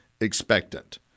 expectant